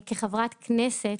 כחברת כנסת,